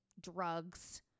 Drugs